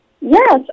Yes